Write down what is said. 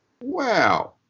Wow